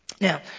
Now